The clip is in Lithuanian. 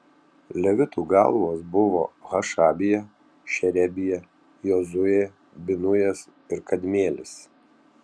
levitų galvos buvo hašabija šerebija jozuė binujas ir kadmielis